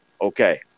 Okay